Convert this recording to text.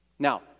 Now